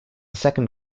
second